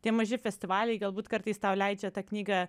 tie maži festivaliai galbūt kartais tau leidžia tą knygą